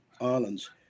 Islands